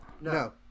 No